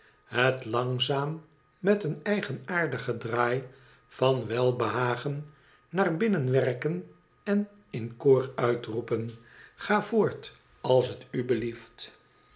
het langzaam met een eigenaardigen draai van welbehagen naar binnen werken en in koor uitroepen ga voort als t u belieft